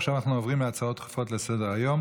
עכשיו אנחנו עוברים להצעות דחופות לסדר-היום: